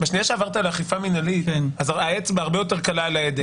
בשנייה שעברת לאכיפה מנהלית אז האצבע הרבה יותר קלה על ההדק.